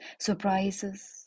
surprises